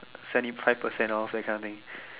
seventy five percent off that kind of thing